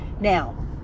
now